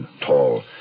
tall